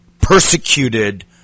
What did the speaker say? Persecuted